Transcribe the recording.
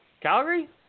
Calgary